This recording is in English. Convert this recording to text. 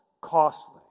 costly